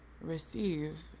receive